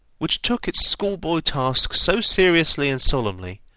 which took its schoolboy task so seriously and solemnly,